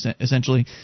essentially